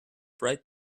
bright